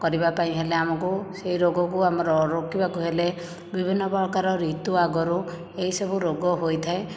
କରିବା ପାଇଁ ହେଲେ ଆମକୁ ସେଇ ରୋଗକୁ ଆମର ରୋକିବାକୁ ହେଲେ ବିଭିନ୍ନ ପ୍ରକାର ଋତୁ ଆଗରୁ ଏଇସବୁ ରୋଗ ହୋଇଥାଏ